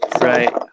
Right